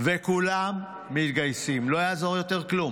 וכולם מתגייסים, לא יעזור יותר כלום,